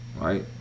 right